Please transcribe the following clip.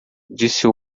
disse